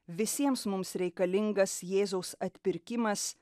visiems mums reikalingas jėzaus atpirkimas